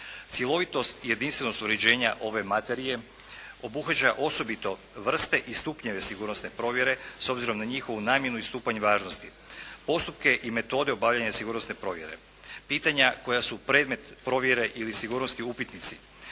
Cjelovitost i jedinstvenost uređenja ove materije obuhvaća osobito vrste i stupnjeve sigurnosne provjere s obzirom na njihovu namjenu i stupanje važnosti, postupke i metode obavljanja sigurnosne provjere, pitanja koja su predmet provjere ili sigurnosti upitnici